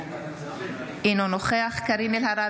אינו נוכח קארין אלהרר,